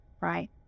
right